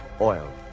oil